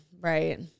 right